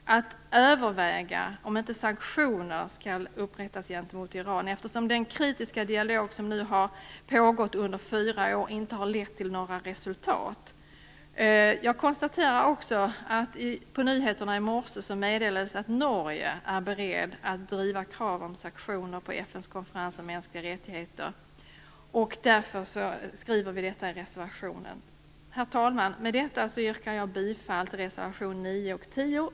Man bör överväga om inte sanktioner skall upprättas gentemot landet, eftersom den kritiska dialog som nu har pågått under fyra år inte har lett till några resultat. Jag konstaterar också att det i nyheterna i morse meddelades att Norge är berett att driva kraven på sanktioner under FN:s konferens om mänskliga rättigheter. Vi skriver alltså om detta i reservationen. Herr talman! Med detta yrkar jag bifall till reservationerna 9 och 10.